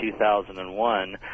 2001